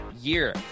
year